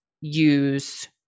use